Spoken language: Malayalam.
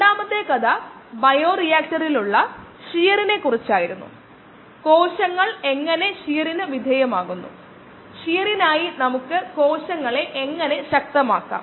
5 മില്ലിമോളറിൽ താഴെയാണെങ്കിൽ വിഷവസ്തു കോശങ്ങളുടെ വളർച്ചയെ ബാധിക്കില്ല